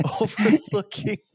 overlooking